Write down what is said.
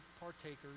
partakers